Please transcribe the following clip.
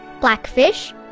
blackfish